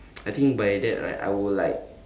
I think by that like I would like